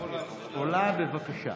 עולה, בבקשה.